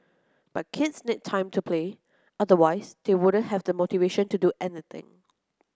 but kids need time to play otherwise they wouldn't have the motivation to do anything